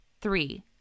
Three